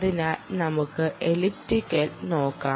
അതിനാൽ നമുക്ക് എലിപ്റ്റിക് നോക്കാം